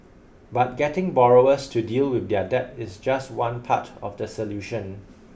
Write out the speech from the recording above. but getting borrowers to deal with their debt is just one part of the solution